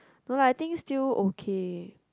no lah I think still okay